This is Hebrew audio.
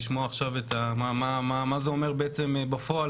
לשמוע עכשיו מה זה אומר בעצם בפועל,